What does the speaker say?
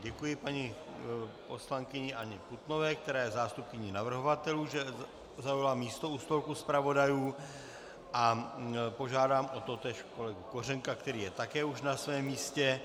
Děkuji paní poslankyni Anně Putnové, která je zástupkyní navrhovatelů, že zaujala místo u stolku zpravodajů, a požádám o totéž kolegu Kořenka, který je také už na svém místě.